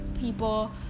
people